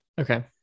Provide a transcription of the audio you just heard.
Okay